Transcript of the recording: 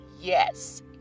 Yes